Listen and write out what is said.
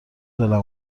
دلم